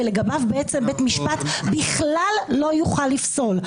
ולגביו בית משפט בכלל לא יוכל לפסול.